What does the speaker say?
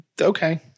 Okay